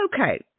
okay